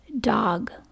dog